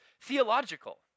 Theological